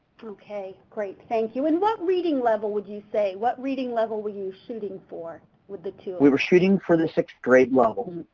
ok, great thank you. and what reading level would you say what reading level were you shooting for with the tool? we were shooting for the sixth grade level.